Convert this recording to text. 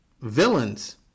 villains